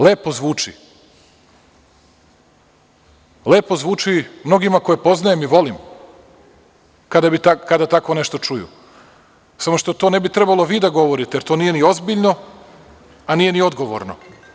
Lepo zvuči mnogima koje poznajem i volim kada tako nešto čuju, samo što to ne bi trebalo vi da govorite, jer to nije ni ozbiljno, a nije ni odgovorno.